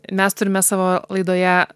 mes turime savo laidoje